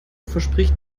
verspricht